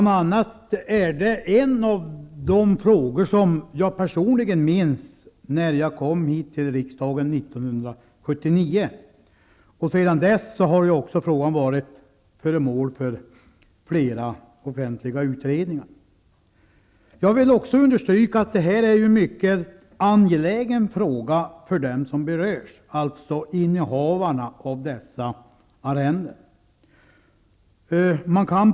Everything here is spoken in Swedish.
Det är en av de frågor som jag personligen minns från den tid när jag kom till riksdagen, år 1979. Sedan dess har frågan också varit föremål för flera offentliga utredningar. Jag vill understryka att denna fråga är mycket angelägen för dem som berörs, nämligen innehavarna av dessa arrenden.